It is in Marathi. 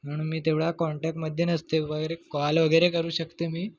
म्हणून मी तेवढा कॉन्टॅक्टमध्ये नसते वगैरे कॉल वगैरे करू शकते मी